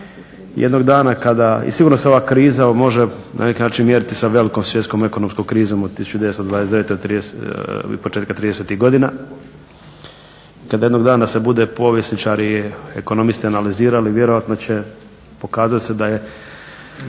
I siguran sam da ova kriza može na neki način mjeriti sa velikom svjetskom ekonomskom krizom od 1929.i početka tridesetih godina. Kada se jednog dana budu povjesničari i ekonomisti analizirali vjerojatno će pokazati se da